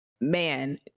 man